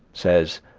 says